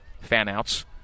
fan-outs